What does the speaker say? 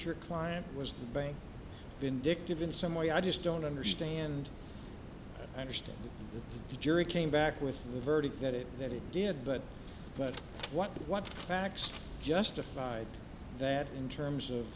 your client was bank vindictive in some way i just don't understand i understand the jury came back with a verdict that it that it did but what what what facts justified that in terms of